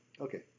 Okay